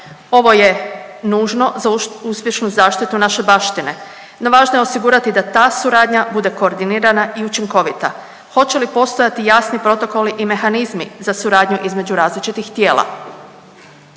Ovo je nužno za uspješnu zaštitu naše baštine, no važno je osigurati da ta suradnja bude koordinirana i učinkovita. Hoće li postojati jasni protokoli i mehanizmi za suradnju između različitih tijela?